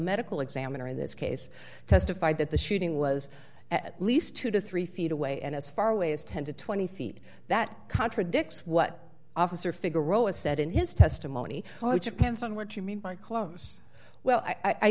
medical examiner in this case testified that the shooting was at least two to three feet away and as far away as ten to twenty feet that contradicts what officer figure roa said in his testimony and so on what you mean by close well i